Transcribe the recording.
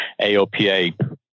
AOPA